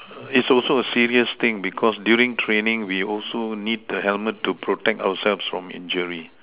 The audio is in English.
it's also a serious thing because during training we also need the helmet to protect ourselves from injury